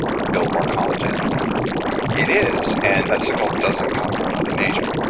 build more collagen? right it is, and that signal doesn't come from mother nature. and